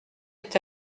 est